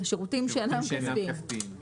לשירותים שאינם כספיים.